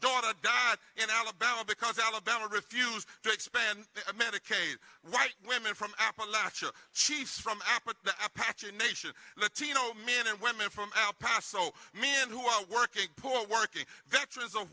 daughter got in alabama because alabama refused to expand medicaid white women from appalachia chiefs from apache nation latino men and women from el paso men who are working poor working veterans of